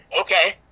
okay